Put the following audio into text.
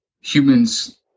Humans